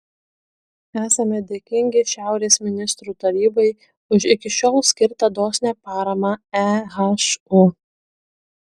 esame dėkingi šiaurės ministrų tarybai už iki šiol skirtą dosnią paramą ehu